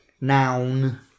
Noun